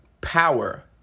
power